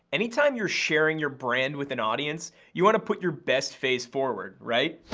anytime you're sharing your brand with an audience, you want to put your best face forward, right?